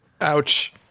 Ouch